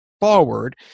forward